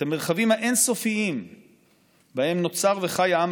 את המרחבים האין-סופיים שבהם נוצר וחי העם